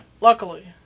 Luckily